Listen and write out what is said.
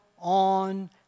on